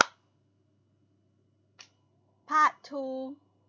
part two